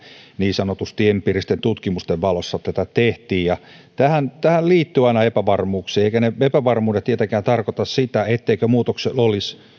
niin sanotusti empiiristen tutkimusten valossa tätä tehtiin tähän liittyy aina epävarmuuksia eivätkä epävarmuudet tietenkään tarkoita sitä etteikö muutoksilla olisi